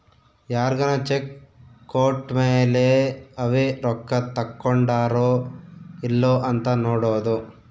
ಯಾರ್ಗನ ಚೆಕ್ ಕೋಟ್ಮೇಲೇ ಅವೆ ರೊಕ್ಕ ತಕ್ಕೊಂಡಾರೊ ಇಲ್ಲೊ ಅಂತ ನೋಡೋದು